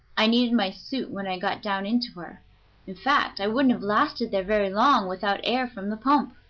i needed my suit when i got down into her in fact, i wouldn't have lasted there very long without air from the pump.